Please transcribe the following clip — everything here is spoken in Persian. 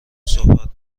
صحبت